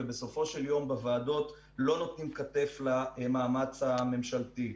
אבל בסופו של יום בוועדות לא נותנות כתף למאמץ הממשלתי.